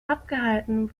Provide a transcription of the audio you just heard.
abgehalten